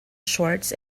shorts